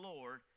Lord